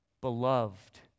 Beloved